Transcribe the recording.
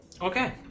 Okay